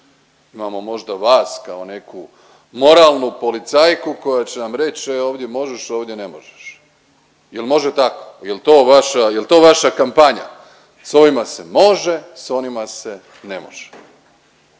Imamo možda vas kao neku moralnu policajku koja će nam reć e ovdje možeš ovdje ne možeš. Jel može tako, jel to vaša, jel to vaša kampanja? S ovim se može, s onima se ne može.